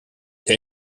der